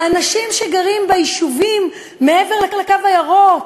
האנשים שגרים ביישובים מעבר לקו הירוק,